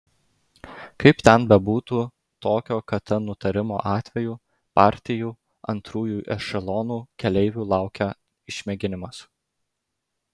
kaip ten bebūtų tokio kt nutarimo atveju partijų antrųjų ešelonų keleivių laukia išmėginimas